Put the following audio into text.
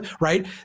right